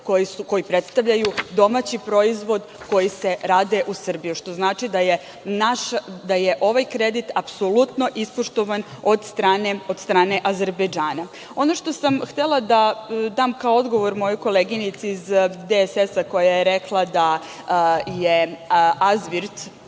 koji predstavljaju domaće proizvode koji se rade u Srbiji, što znači da je ovaj kredit apsolutno ispoštovan od strane Azerbejdžana. Ono što sam htela da dam kao odgovor mojoj koleginici iz DSS-a, koja je rekla da je „Azvirt“,